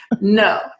no